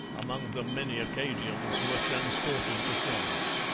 among them many acadians, were transported to france.